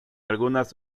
algunas